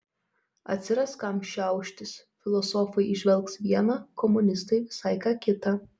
atsiras kam šiauštis filosofai įžvelgs viena komunistai visai ką kita